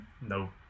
no